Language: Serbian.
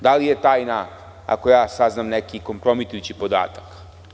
Da li je tajna ako ja saznam neki kompromitujući podatak?